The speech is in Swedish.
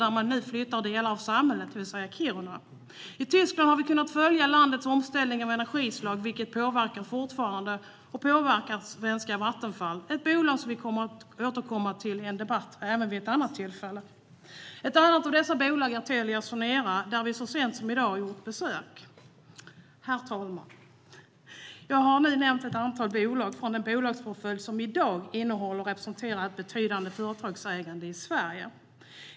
Där flyttar man nu delar av samhället, det vill säga Kiruna. I Tyskland har vi kunnat följa landets omställning av energislag. Det påverkar fortfarande svenska Vattenfall, ett bolag som vi kommer att återkomma till i en senare debatt. Ett annat av dessa bolag är Telia Sonera, där vi så sent som i dag gjort besök. Herr talman! Jag har nämnt ett antal bolag i den bolagsportfölj som i dag innehåller och representerar ett betydande företagsägande i Sverige.